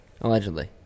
Allegedly